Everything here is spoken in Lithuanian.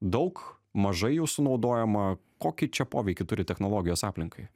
daug mažai jų sunaudojama kokį čia poveikį turi technologijos aplinkai